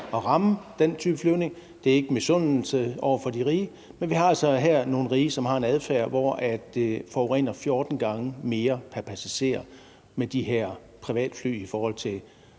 at ramme den type flyvning? Det er ikke misundelse over for de rige, men vi har altså her nogle rige, som har en adfærd, som forurener 14 gange mere pr. passager med de her privatfly i forhold til